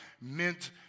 meant